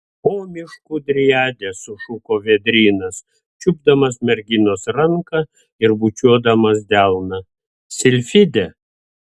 o miškų driade sušuko vėdrynas čiupdamas merginos ranką ir bučiuodamas delną silfide